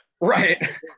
Right